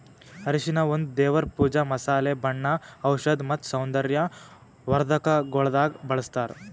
ಅರಿಶಿನ ಒಂದ್ ದೇವರ್ ಪೂಜಾ, ಮಸಾಲೆ, ಬಣ್ಣ, ಔಷಧ್ ಮತ್ತ ಸೌಂದರ್ಯ ವರ್ಧಕಗೊಳ್ದಾಗ್ ಬಳ್ಸತಾರ್